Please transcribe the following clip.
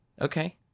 okay